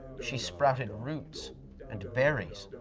she sprouted roots and berries,